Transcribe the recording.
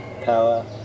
power